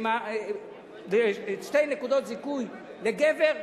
שתי נקודות זיכוי לגבר,